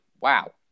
wow